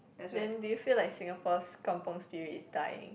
then do you feel like Singapore's kampung Spirit is dying